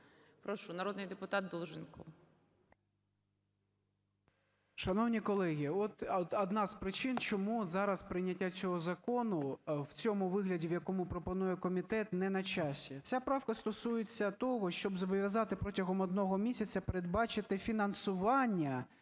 Прошу, народний депутатДолженков. 13:05:32 ДОЛЖЕНКОВ О.В. Шановні колеги, от одна з причин, чому зараз прийняття цього закону в цьому вигляді, в якому пропонує комітет, не на часі. Ця правка стосується того, щоб зобов'язати протягом одного місяця передбачити фінансування